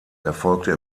erfolgte